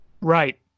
Right